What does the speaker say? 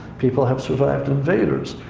people have survived invaders.